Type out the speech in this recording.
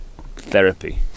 therapy